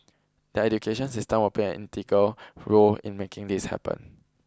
the education system will play an integral role in making this happen